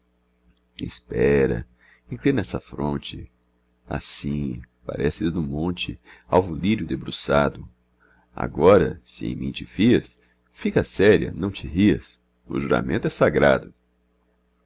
espera inclina essa fronte assim pareces no monte alvo lírio debruçado agora se em mim te fias fica séria não te rias o juramento é sagrado